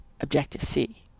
Objective-C